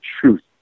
truth